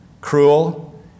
cruel